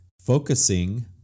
focusing